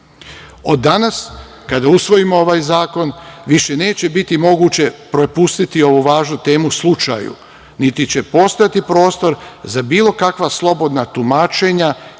danas kada usvojimo ovaj zakon više neće biti moguće propustiti ovu važnu temu slučaju, niti će postati prostor za bilo kakva slobodna tumačenja